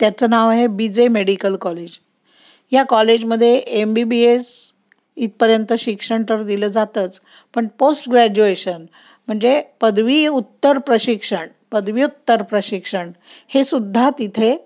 त्याचं नाव आहे बी जे मेडिकल कॉलेज या कॉलेजमध्ये एम बी बी एस इथपर्यंत शिक्षण तर दिलं जातंच पण पोस्ट ग्रॅज्युएशन म्हणजे पदवी उत्तर प्रशिक्षण पदवी उत्तर प्रशिक्षण हे सुद्धा तिथे